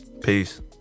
Peace